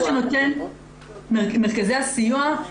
מרכזי הסיוע,